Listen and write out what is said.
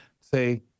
say